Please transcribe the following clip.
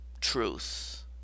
truth